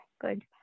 good